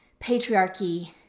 patriarchy